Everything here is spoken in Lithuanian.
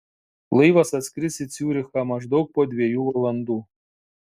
laivas atskris į ciurichą maždaug po dviejų valandų